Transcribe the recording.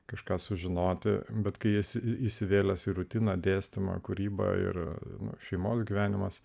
kažką sužinoti bet kai esi įsivėlęs į rutiną dėstymą kūrybą ir šeimos gyvenimas